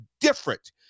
different